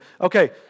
Okay